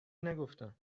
نگفتم